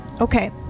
okay